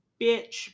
bitch